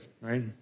right